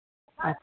अच्छा